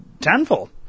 tenfold